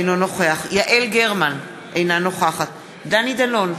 אינו נוכח יעל גרמן, אינה נוכחת דני דנון,